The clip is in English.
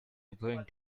going